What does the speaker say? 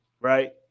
right